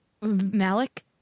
Malik